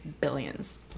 billions